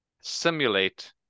simulate